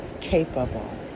capable